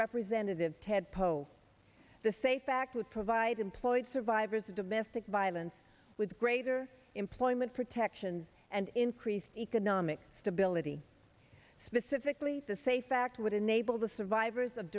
representatives ted poe the say fact would provide employed survivors of domestic violence with greater employment protections and increased economic stability specifically the say fact would enable the survivors of